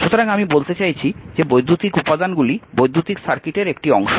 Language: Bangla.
সুতরাং আমি বলতে চাইছি যে বৈদ্যুতিক উপাদানগুলি বৈদ্যুতিক সার্কিটের একটি অংশ